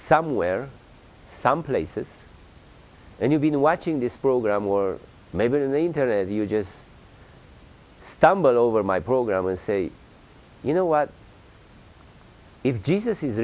somewhere some places and you've been watching this program or maybe in the internet you just stumble over my program and say you know what if jesus